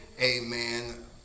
amen